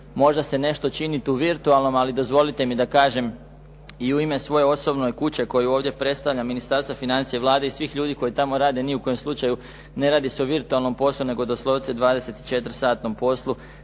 možda se nešto čini tu virtualno ali dozvolite mi da kažem i u ime svoje osobno i kuće koju ovdje predstavljam Ministarstva financija i Vlade i svih ljudi koji tamo rade ni u kojem slučaju ne radi se o virtualnom poslu nego doslovce dvadeset